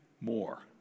more